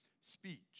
speech